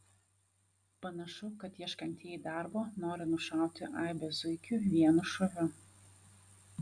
panašu kad ieškantieji darbo nori nušauti aibę zuikių vienu šūviu